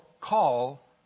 call